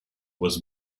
was